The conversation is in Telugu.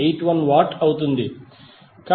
81 వాట్ అవుతుంది